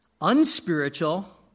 unspiritual